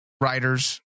writers